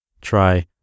try